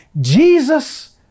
Jesus